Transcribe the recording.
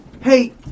hey